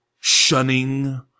shunning